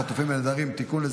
חטופים ונעדרים (תיקון,